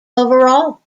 overall